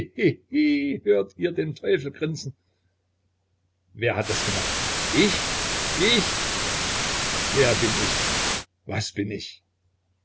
hört ihr den teufel grinsen wer hat es gemacht ich ich wer bin ich was bin ich